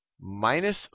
minus